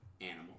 animal